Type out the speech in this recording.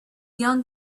young